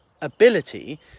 ability